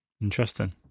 interesting